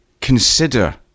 consider